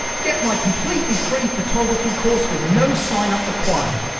get my completely free photography course with no sign up required.